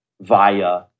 via